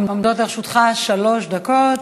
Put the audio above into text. עומדות לרשותך שלוש דקות.